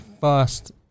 first